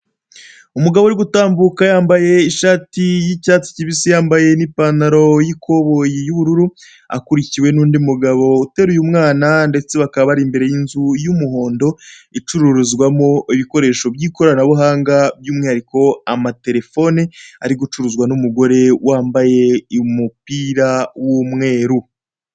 Umugabo ari gutambuka yambaye ishati y'icyatsi kibisi yambaye n'ikoboyi y'ubururu, akurikiwe n'undi mugabo uteruye umwamwana ndetse bakaba bari imbere y'inzu y'umuhondo, icururizwamo ibikoresho by'ikoranabuhanga by'umwihariko amatelefone, ari gucuruzwa n'umugore wambaye umupira w'imweru.